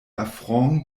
affront